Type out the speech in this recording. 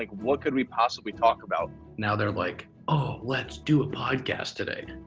like what could we possibly talk about? now, they're like, oh, let's do a podcast today.